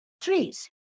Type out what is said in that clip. trees